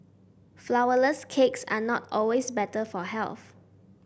flourless cakes are not always better for health